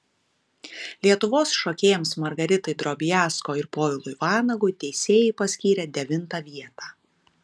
lietuvos šokėjams margaritai drobiazko ir povilui vanagui teisėjai paskyrė devintą vietą